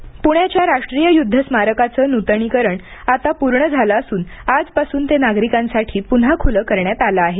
युद्ध स्मारक पूण्याच्या राष्ट्रीय युद्ध स्मारकाचं नूतनीकरण आता पूर्ण झालं असून आजपासून ते नागरिकांसाठी पून्हा खूलं करण्यात आलं आहे